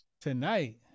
tonight